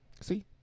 See